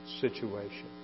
situation